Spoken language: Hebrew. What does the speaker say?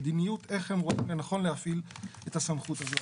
המדיניות איך הם רואים לנכון להפעיל את הסמכות הזאת.